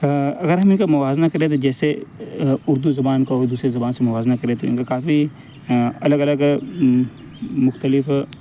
اگر ہم ان کا موازنہ کریں تو جیسے اردو زبان کو دوسری زبان سے موازنہ کریں تو ان کا کافی الگ الگ مختلف